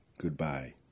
goodbye